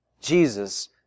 Jesus